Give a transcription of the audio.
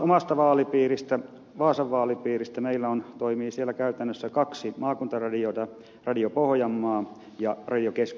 omassa vaalipiirissäni vaasan vaalipiirissä meillä toimii siellä käytännössä kaksi maakuntaradiota radio pohjanmaa ja radio keski pohjanmaa